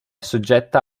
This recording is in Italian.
soggetta